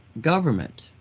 government